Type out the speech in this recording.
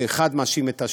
שבהם אחד מאשים את השני,